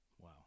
Wow